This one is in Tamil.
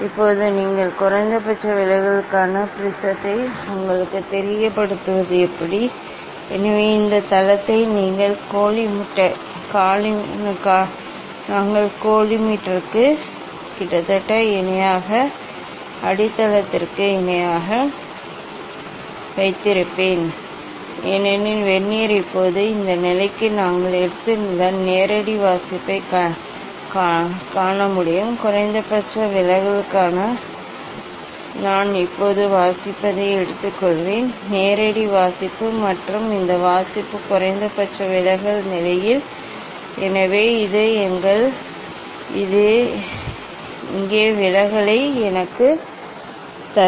இப்போது நீங்கள் குறைந்தபட்ச விலகலுக்கான ப்ரிஸத்தை உங்களுக்குத் தெரியப்படுத்துவது எப்படி எனவே இந்த தளத்தை நாங்கள் கோலி மீட்டருக்கு கிட்டத்தட்ட இணையாக அடித்தளத்திற்கு இணையாக வைத்திருப்போம் ஏனெனில் வெர்னியர் இப்போது இந்த நிலைக்கு நாங்கள் எடுத்துள்ள நேரடி வாசிப்பைக் காண்க குறைந்தபட்ச விலகலுக்காக நான் இப்போது வாசிப்பதை எடுத்துக்கொள்வேன் நேரடி வாசிப்பு மற்றும் இந்த வாசிப்பு குறைந்தபட்ச விலகல் நிலையில் எனவே இது இங்கே விலகல்களை எனக்குத் தரும்